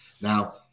Now